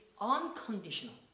unconditional